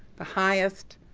the highest